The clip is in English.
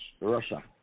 Russia